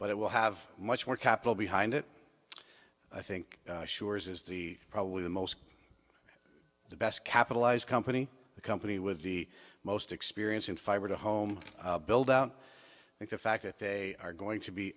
but it will have much more capital behind it i think sure is the probably the most the best capitalized company the company with the most experience in fiber to home build out i think the fact that they are going to be